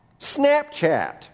Snapchat